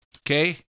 Okay